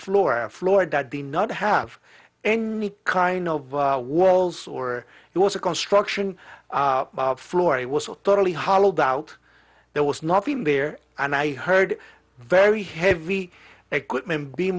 floor floored that the not half and kind of walls or it was a construction floor he was totally hollowed out there was nothing there and i heard very heavy equipment be